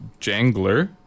Jangler